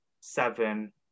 seven